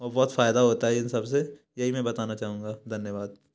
और बहुत फायदा होता है इन सब से यही मैं बताना चाहूँगा धन्यवाद